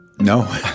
No